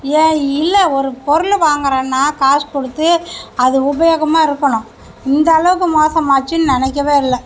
ஏன் இல்லை ஒரு பொருள் வாங்குறோன்னால் காசு கொடுத்து அது உபயோகமாக இருக்கணும் இந்த அளவுக்கு மோசமாகிச்சினு நினைக்கவே இல்லை